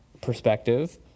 perspective